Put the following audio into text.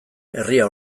herria